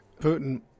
Putin